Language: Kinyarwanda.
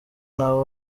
nabo